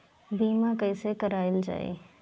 बीमा कैसे कराएल जाइ?